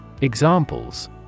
Examples